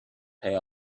pay